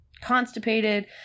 constipated